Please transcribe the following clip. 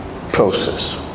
process